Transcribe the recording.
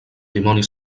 dimoni